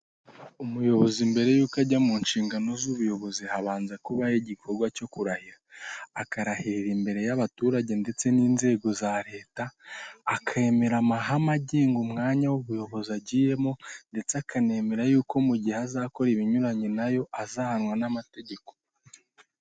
Umuyobozi mbare y'uko ajya mu nshingano z'ubuyobozi habanza kubaho igikorwa cyo kurahira akarahirira imbere y'abaturage ndetse n'inzego za reta, akemera amahame agenga umwanya w'ubuyobozi agiyemo ndetse akenemera yuko mu gihe azakora ibinyuranyije nayo azahanwa n'amategeko.